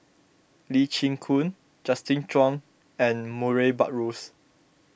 Lee Chin Koon Justin Zhuang and Murray Buttrose